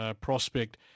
prospect